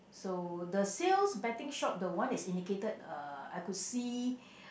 so the sales betting shop the one that's indicated uh I could see